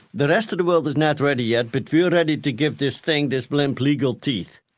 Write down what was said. the rest of the world was not ready yet, but we are ready to give this thing, this blimp, legal teeth.